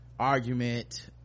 argument